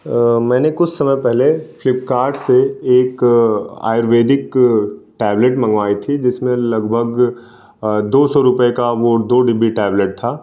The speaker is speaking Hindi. मैंने कुछ समय पहले फ्लिपकार्ट से एक आयुर्वेदिक टैबलेट मँगवाई थी जिसमें लगभग दो सौ रुपए का वो दो डिब्बी टैबलेट था